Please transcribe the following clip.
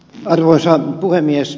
arvoisa puhemies